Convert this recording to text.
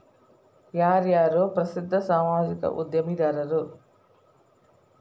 ಯಾರ್ಯಾರು ಪ್ರಸಿದ್ಧ ಸಾಮಾಜಿಕ ಉದ್ಯಮಿದಾರರು